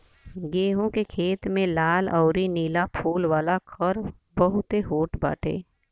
गेंहू के खेत में लाल अउरी नीला फूल वाला खर बहुते होत बाटे